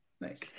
Nice